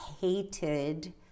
hated